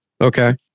Okay